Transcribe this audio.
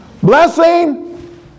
Blessing